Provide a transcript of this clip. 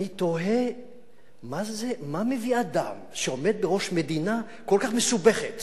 אני תוהה מה מביא אדם שעומד בראש מדינה כל כך מסובכת